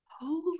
Holy